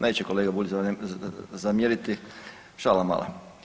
Neće kolega Bulj zamjeriti, šala mala.